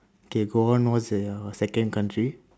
okay go on what's your second country